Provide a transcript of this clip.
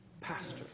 pastor